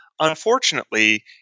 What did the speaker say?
Unfortunately